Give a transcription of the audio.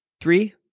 Three